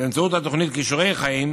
באמצעות התוכנית כישורי חיים,